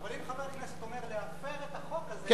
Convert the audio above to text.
אבל אם חבר כנסת אומר: להפר את החוק הזה,